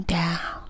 down